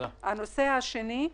נושא נוסף,